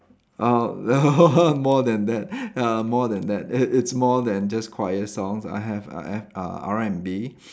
ah more than that ya more than that it it's more than just choir songs I have I have uh R&B